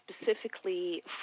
specifically